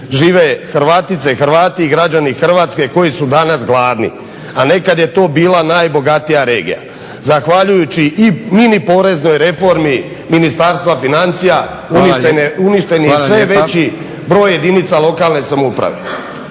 žive Hrvatice i Hrvati, građani Hrvatske koji su danas gladni, a nekad je to bila najbogatija regija. Zahvaljujući i mini poreznoj reformi Ministarstva financija uništen je sve veći broj jedinica lokalne samouprave.